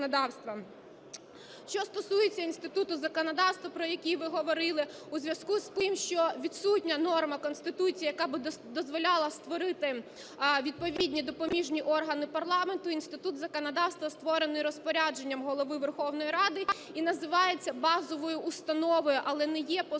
Що стосується Інституту законодавства, про який ви говорили. У зв'язку з тим, що відсутня норма Конституції, яка б дозволяла створити відповідні допоміжні органи парламенту, Інститут законодавства створений розпорядженням Голови Верховної Ради і називається базовою установою, але не є по